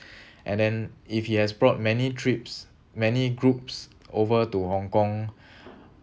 and then if he has brought many trips many groups over to hong kong